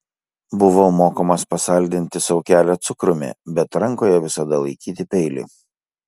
buvau mokomas pasaldinti sau kelią cukrumi bet rankoje visada laikyti peilį